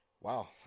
wow